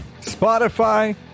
Spotify